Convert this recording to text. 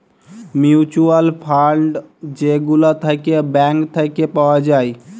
mutual fund যে গুলা থাক্যে ব্যাঙ্ক থাক্যে পাওয়া যায়